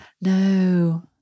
No